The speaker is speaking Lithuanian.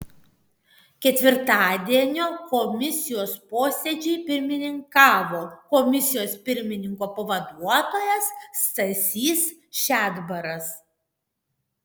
ketvirtadienio komisijos posėdžiui pirmininkavo komisijos pirmininko pavaduotojas stasys šedbaras